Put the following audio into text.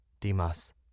Dimas